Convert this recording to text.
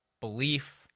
belief